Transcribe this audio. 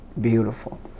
beautiful